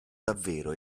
davvero